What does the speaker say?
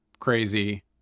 crazy